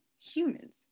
humans